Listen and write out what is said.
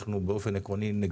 אנחנו באופן עקרוני נגדה.